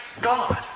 God